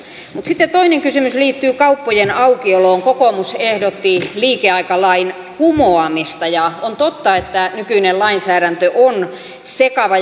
mutta sitten toinen kysymys liittyy kauppojen aukioloon kokoomus ehdotti liikeaikalain kumoamista ja on totta että nykyinen lainsäädäntö on sekava